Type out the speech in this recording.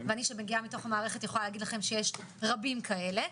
ואני שמגיעה מתוך המערכת יכולה להגיד לכם שיש רבים כאלה,